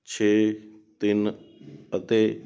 ਛੇ ਤਿੰਨ ਅਤੇ